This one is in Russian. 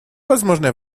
возможные